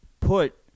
put